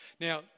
Now